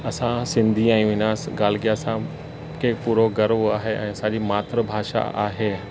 असां सिंधी आहियूं हिन स ॻाल्हि खे असांखे पूरो गर्व आहे ऐं असांजी मातृभाषा आहे